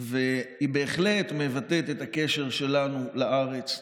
והיא בהחלט מבטאת את הקשר שלנו לארץ,